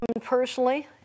personally